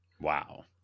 Wow